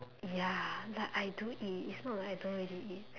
ya like I don't eat it's not like I don't really eat